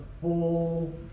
full